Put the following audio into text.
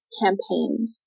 campaigns